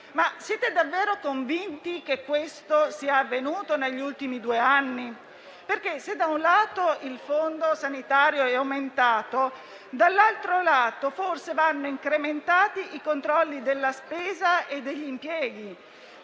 Siete davvero convinti che questo sia avvenuto negli ultimi due anni? Se - da un lato - è aumentato il fondo sanitario forse - dall'altro - vanno incrementati i controlli della spesa e degli impieghi.